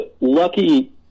lucky